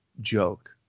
joke